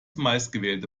meistgewählte